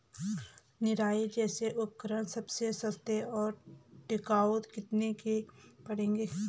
निराई जैसे उपकरण सबसे सस्ते और टिकाऊ कितने के पड़ेंगे?